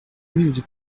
music